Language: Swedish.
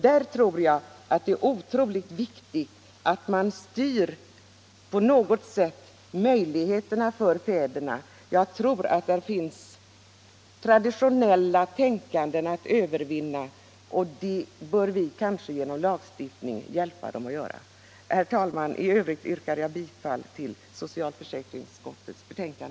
Jag anser att det är otroligt viktigt att man på något sätt styr möjligheterna för fäderna. Det finns så mycket traditionellt tänkande att övervinna, och vi bör genom lagstiftning hjälpa till med detta. Herr talman! Jag yrkar bifall till socialförsäkringsutskottets hemställan.